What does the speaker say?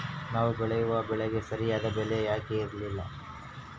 ನಾವು ಬೆಳೆಯುವ ಬೆಳೆಗೆ ಸರಿಯಾದ ಬೆಲೆ ಯಾಕೆ ಇರಲ್ಲಾರಿ?